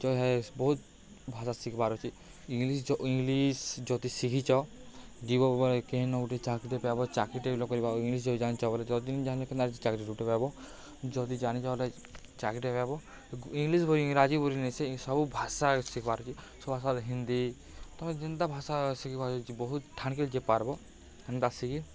ଯ ହେ ବହୁତ ଭାଷା ଶିଖପାରୁଛି ଇଂଲିଶ ଯ ଇଂଲିଶ ଯଦି ଶିଖିଛ ଯିବ କେନ ଗୁଟେ ଚାକିରୀ ପାଇବ ଚାକିରୀଟେ କରିବ ଆଉ ଇଂଲିଶ ଯଦି ଜାଣିଛ ବଲେ ଯଦି ଜାଣି ନ ଚାକିରୀ ଗୁଟେ ପାଇବ ଯଦି ଜାଣିଛ ବଲେ ଚାକିରୀଟେ ପାଇବ ଇଂଲିଶ ଇଂରାଜୀ ବୋଲି ନେଇ ସେ ସବୁ ଭାଷା ଶିଖିପାରୁଛି ସବୁଭାଷା ହିନ୍ଦୀ ତମେ ଯେନ୍ତା ଭାଷା ଶିଖିପାରୁଛି ବହୁତ ଠାଣ୍ କି ଯେ ପାର୍ବ ହେନ୍ତା ଶିଖି